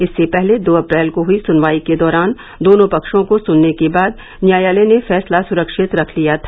इससे पहले दो अप्रैल को हुई सुनवाई के दौरान दोनों पक्षों को सुनने के बाद न्यायालय ने फैसला सुरक्षित रख लिया था